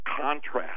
contrast